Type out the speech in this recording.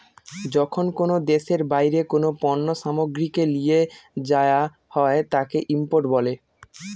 যখন কোনো দেশের বাইরে কোনো পণ্য সামগ্রীকে লিয়ে যায়া হয় তাকে ইম্পোর্ট বলে